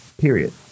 Period